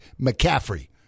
McCaffrey